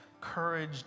courage